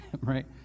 right